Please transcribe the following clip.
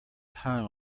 hung